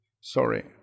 sorry